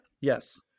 Yes